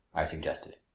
i suggested.